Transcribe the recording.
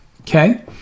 Okay